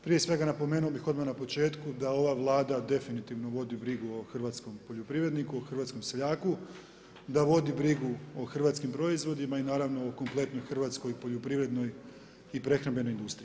Prije svega napomenuo bih odmah na početku da ova Vlada definitivno vodi brigu o hrvatskom poljoprivredniku, hrvatskom seljaku, da vodi brigu o hrvatskim proizvodima i naravno o kompletnoj hrvatskoj poljoprivrednoj i prehrambenoj industriji.